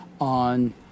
on